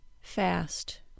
fast